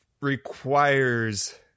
requires